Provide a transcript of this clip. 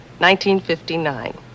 1959